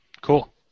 cool